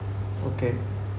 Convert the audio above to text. okay